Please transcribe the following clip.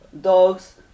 dogs